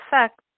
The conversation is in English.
effect